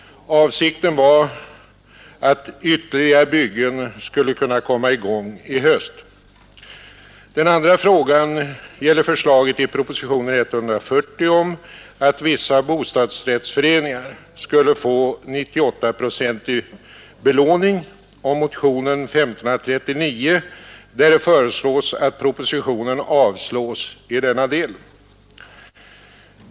Avsikten var att ytterligare byggen skulle kunna komma i gång i höst. Den andra frågan gäller förslaget i propositionen 140 om att vissa bostadsrättsföreningar skall få 98-procentig belåning och motionen 1539, där det föreslås att propositionen avslås i denna del.